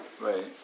Right